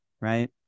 right